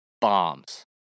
Bombs